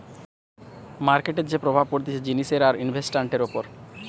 মার্কেটের যে প্রভাব পড়তিছে জিনিসের আর ইনভেস্টান্টের উপর